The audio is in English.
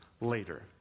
later